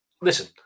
listen